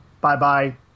bye-bye